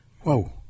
Whoa